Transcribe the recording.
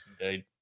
indeed